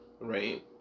right